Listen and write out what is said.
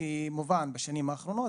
בשנים האחרונות,